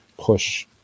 push